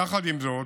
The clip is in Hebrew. יחד עם זאת,